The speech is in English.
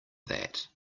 that